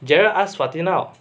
gerald asked fatin out